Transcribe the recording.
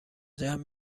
جمع